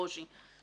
ברושי.